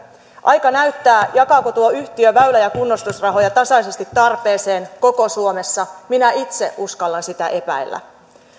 aika näyttää jakaako tuo yhtiö väylä ja kunnostusrahoja tasaisesti tarpeeseen koko suomessa minä itse uskallan sitä epäillä